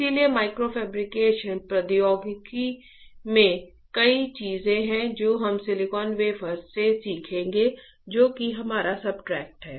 इसलिए micro fabrication प्रौद्योगिकियों में कई चीजें हैं जो हम सिलिकॉन वेफर से सीखेंगे जो कि हमारा सब्सट्रेट है